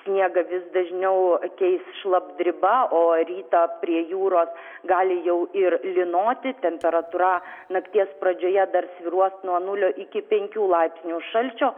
sniegą vis dažniau keis šlapdriba o rytą prie jūros gali jau ir lynoti temperatūra nakties pradžioje dar svyruos nuo nulio iki penkių laipsnių šalčio